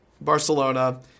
Barcelona